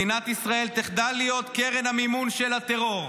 מדינת ישראל תחדל להיות קרן המימון של הטרור,